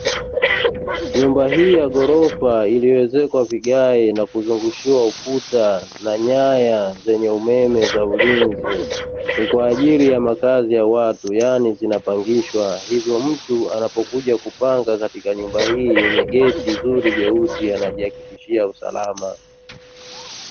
Nyumba hii ya ghorofa iliyoezekwa vigae na kuzungushiwa ukuta na nyaya zenye umeme za ulinzi, ni kwa ajili ya makazi ya watu yaani zinapangishwa, hivyo mtu anapokuja kupanga katika nyumba hii yenye geti nzuri jeusi, anajihakikishia usalama.